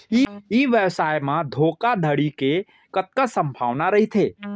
ई व्यवसाय म धोका धड़ी के कतका संभावना रहिथे?